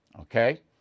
Okay